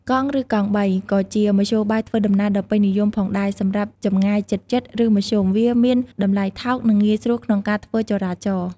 កង់ ឬកង់បី ក៏ជាមធ្យោបាយធ្វើដំណើរដ៏ពេញនិយមផងដែរសម្រាប់ចម្ងាយជិតៗ ឬមធ្យម វាមានតម្លៃថោក និងងាយស្រួលក្នុងការធ្វើចរាចរណ៍។